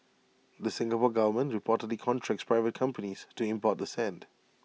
the Singapore Government reportedly contracts private companies to import the sand